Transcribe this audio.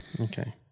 okay